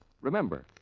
Remember